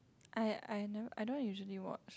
I I know I don't usually work